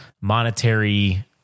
monetary